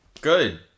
good